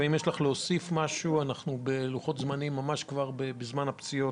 אם יש לך להוסיף משהו על מה שקרין נהון אמרה בבקשה.